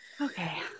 okay